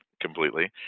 completely